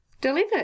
delivered